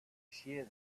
shear